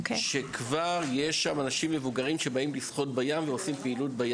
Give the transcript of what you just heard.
כבר בשש בבוקר יש אנשים מבוגרים שמגיעים לים לשחות ולעשות פעילות.